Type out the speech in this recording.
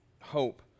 hope